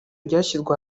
ryashyizwe